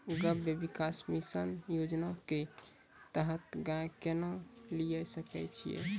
गव्य विकास मिसन योजना के तहत गाय केना लिये सकय छियै?